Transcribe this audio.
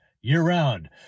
year-round